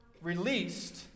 released